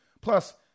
Plus